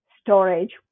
storage